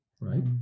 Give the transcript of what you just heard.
right